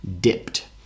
dipped